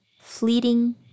fleeting